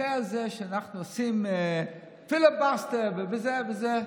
מוחה על זה שאנחנו עושים פיליבסטר וזה וזה.